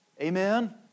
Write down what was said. Amen